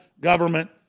government